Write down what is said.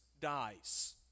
dies